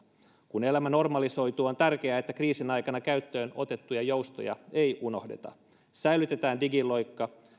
kun elämä normalisoituu on tärkeää että kriisin aikana käyttöön otettuja joustoja ei unohdeta säilytetään digiloikka